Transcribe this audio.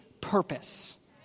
purpose